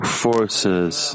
forces